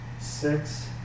six